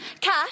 Cash